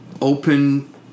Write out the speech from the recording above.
open